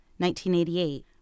1988